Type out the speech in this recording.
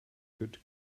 good